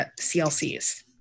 CLCs